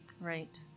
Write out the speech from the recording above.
Right